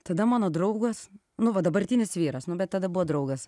tada mano draugas nu va dabartinis vyras nu bet tada buvo draugas